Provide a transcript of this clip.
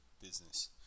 business